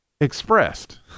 expressed